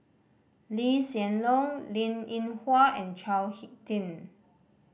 Lee Hsien Loong Linn In Hua and Chao Hick Tin